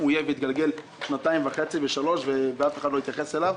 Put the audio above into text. יתגלגל שנתיים וחצי או שלוש שנים ואף אחד לא יתייחס אליו.